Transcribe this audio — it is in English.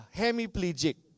hemiplegic